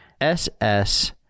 ss